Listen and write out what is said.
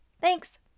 Thanks